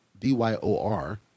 DYOR